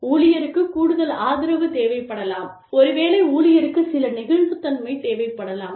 ஊழியருக்கு கூடுதல் ஆதரவு தேவைப்படலாம் ஒருவேளை ஊழியருக்கு சில நெகிழ்வுத்தன்மை தேவைப்படலாம்